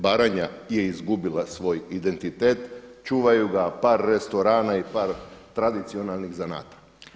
Baranja je izgubila svoj identitet, čuvaju ga par restorana i par tradicionalnih zanata.